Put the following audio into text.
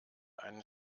einen